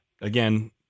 again